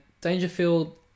Dangerfield